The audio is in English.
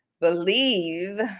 believe